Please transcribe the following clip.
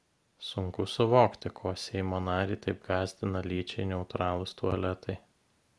sunku suvokti ko seimo narį taip gąsdina lyčiai neutralūs tualetai